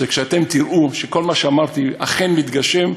שכשאתם תראו שכל מה שאמרתי אכן מתגשם,